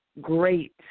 great